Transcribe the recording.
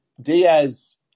Diaz